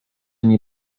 nie